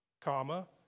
comma